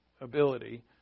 ability